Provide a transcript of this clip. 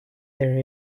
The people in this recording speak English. there